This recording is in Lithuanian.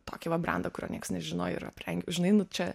tokį va brendą kurio nieks nežino ir aprengiau žinai nu čia